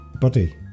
buddy